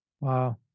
Wow